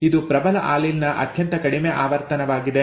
ಇದು ಪ್ರಬಲ ಆಲೀಲ್ ನ ಅತ್ಯಂತ ಕಡಿಮೆ ಆವರ್ತನವಾಗಿದೆ